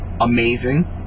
amazing